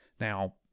Now